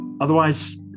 otherwise